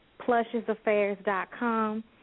plushesaffairs.com